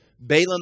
Balaam